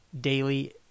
daily